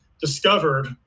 Discovered